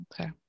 okay